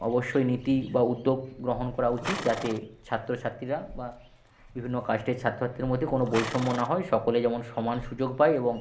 অবশ্যই নীতি বা উদ্যোগ গ্রহণ করা উচিত যাতে ছাত্র ছাত্রীরা বা বিভিন্ন কাস্টের ছাত্র ছাত্রীদের মধ্যে কোনো বৈষম্য না হয় সকলে যেমন সমান সুযোগ পায় এবং